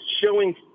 showing